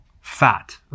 fat